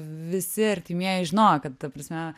visi artimieji žinojo kad ta prasme